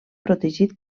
protegit